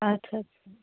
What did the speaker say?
ਅੱਛਾ ਜੀ